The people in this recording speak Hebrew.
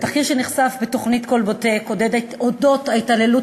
התחקיר שנחשף בתוכנית "כלבוטק" על אודות ההתעללות